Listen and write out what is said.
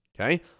Okay